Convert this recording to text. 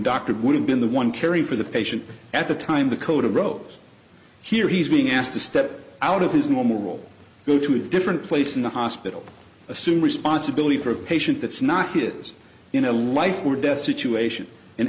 doctor would have been the one caring for the patient at the time the code of rose here he's being asked to step out of his normal go to a different place in the hospital assume responsibility for a patient that's not his you know a life or death situation and